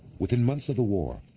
within months of the war,